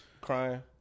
Crying